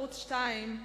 בערוץ-2,